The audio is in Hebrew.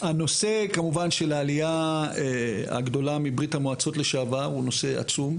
הנושא של העלייה הגדולה מברית המועצות לשעבר הוא נושא עצום.